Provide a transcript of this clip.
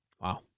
Wow